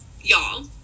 Y'all